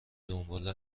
دنبال